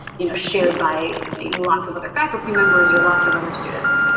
you know, shared by lots of other faculty members, or lots of other students.